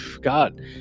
God